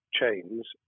chains